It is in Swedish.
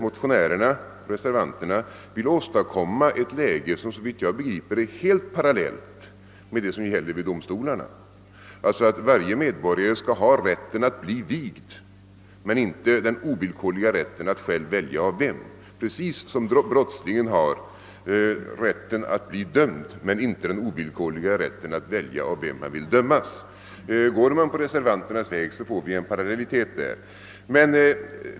Motionärerna-reservanterna vill åstadkomma ett läge, som såvitt jag begriper är helt parallellt med det som gäller vid domstolarna, nämligen att varje medborgare skail ha rätten att bli vigd, men inte den ovillkorliga rätten att själv välja av vem, precis som brottslingen har rätt att bli dömd, men inte den ovillkorliga rätten att välja av vem han vill dömas. Går man på reservanternas väg, får man en parallellitet därvidlag.